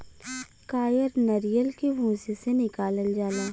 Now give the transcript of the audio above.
कायर नरीयल के भूसी से निकालल जाला